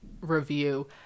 review